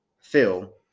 Phil